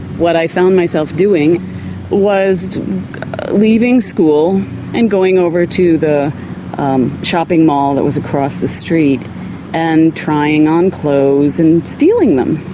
what i found myself doing was leaving school and going over to the shopping mall that was across the street and trying on clothes and stealing them.